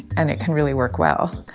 and it can really work well.